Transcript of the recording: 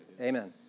Amen